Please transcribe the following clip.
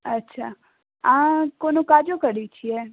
अच्छा अहाँ कोनो काजो करैत छियै